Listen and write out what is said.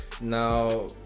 Now